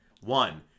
One